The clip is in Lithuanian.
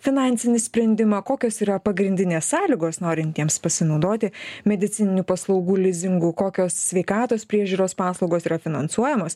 finansinį sprendimą kokios yra pagrindinės sąlygos norintiems pasinaudoti medicininių paslaugų lizingu kokios sveikatos priežiūros paslaugos yra finansuojamos